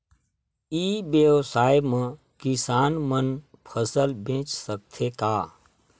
ई व्यवसाय म किसान मन फसल बेच सकथे का?